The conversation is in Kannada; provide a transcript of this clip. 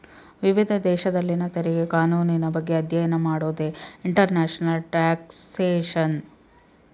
ವಿವಿಧ ದೇಶದಲ್ಲಿನ ತೆರಿಗೆ ಕಾನೂನಿನ ಬಗ್ಗೆ ಅಧ್ಯಯನ ಮಾಡೋದೇ ಇಂಟರ್ನ್ಯಾಷನಲ್ ಟ್ಯಾಕ್ಸ್ಯೇಷನ್